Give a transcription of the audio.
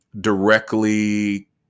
directly